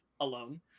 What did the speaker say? alone